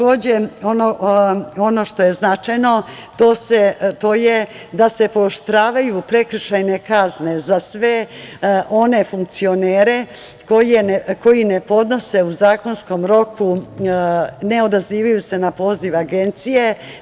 Ono što je značajno jeste da se pooštravaju prekršajne kazne za sve one funkcionere koji ne podnose u zakonskom roku, ne odazivaju se na poziv Agencije.